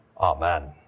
Amen